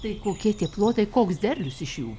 tai kokie tie plotai koks derlius iš jų